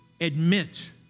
admit